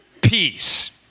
peace